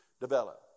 develop